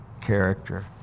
character